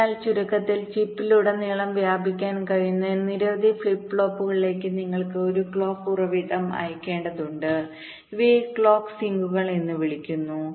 അതിനാൽ ചുരുക്കത്തിൽ ചിപ്പിലുടനീളം വ്യാപിക്കാൻ കഴിയുന്ന നിരവധി ഫ്ലിപ്പ് ഫ്ലോപ്പുകളിലേക്ക് നിങ്ങൾ ഒരു ക്ലോക്ക് ഉറവിടം അയയ്ക്കേണ്ടതുണ്ട് ഇവയെ ക്ലോക്ക് സിങ്കുകൾഎന്ന് വിളിക്കുന്നു